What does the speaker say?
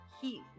heat